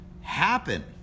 happen